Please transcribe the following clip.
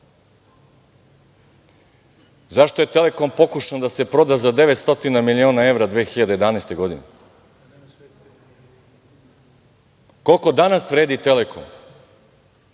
Zašto je Telekom pokušan da se proda za 900 miliona evra 2011. godine? Koliko danas vredi Telekom,